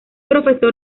profesor